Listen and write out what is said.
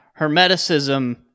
Hermeticism